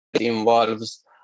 involves